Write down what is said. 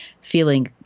feeling